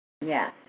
Yes